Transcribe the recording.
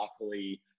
luckily